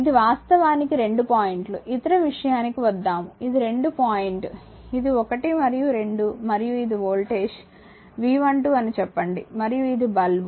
ఇది వాస్తవానికి 2 పాయింట్లు ఇతర విషయానికి వద్దాము ఇది 2 పాయింట్ ఇది 1 మరియు 2 మరియు ఇది వోల్టేజ్ V12 అని చెప్పండి మరియు ఇది బల్బ్